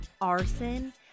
arson